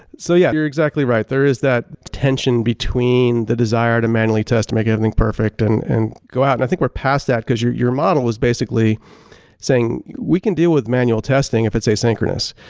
so yeah, you're exactly right, there is that tension between the desire to manually test, to make anything perfect and and go out. and i think we're past that because your your model is basically saying, we can deal with manual testing if it's asynchronous.